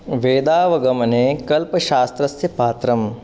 वेदावगमने कल्पशास्त्रस्य पात्रं